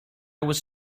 was